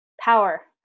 power